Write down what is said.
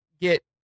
get